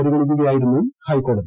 പരിഗണിക്കുകയായിരുന്നു ഹൈക്കോടതി